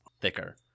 thicker